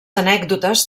anècdotes